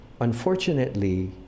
Unfortunately